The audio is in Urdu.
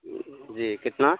جی کتنا